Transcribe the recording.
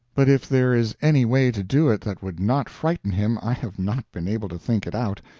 but if there is any way to do it that would not frighten him, i have not been able to think it out,